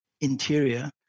interior